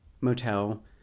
motel